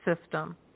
system